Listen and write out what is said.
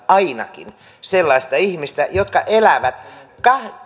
ainakin satakaksikymmentätuhatta sellaista ihmistä jotka elävät